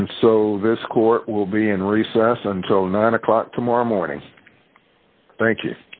jim so this court will be in recess until nine o'clock tomorrow morning thank you